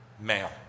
male